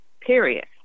period